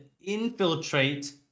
infiltrate